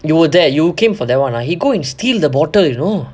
you would there you came for that [one] lah he go and steal the bottle you know